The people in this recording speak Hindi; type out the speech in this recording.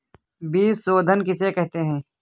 बीज शोधन किसे कहते हैं?